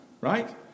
right